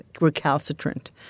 recalcitrant